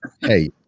hey